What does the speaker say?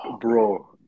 Bro